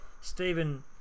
Stephen